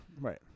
Right